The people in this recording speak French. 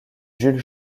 jules